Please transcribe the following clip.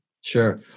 Sure